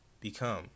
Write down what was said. become